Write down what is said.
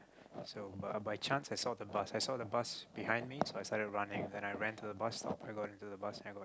so by by chance I saw the bus I saw the bus behind me so I started running then I ran to the bus stop I got into the bus and I got in